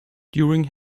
during